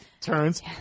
Turns